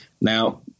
Now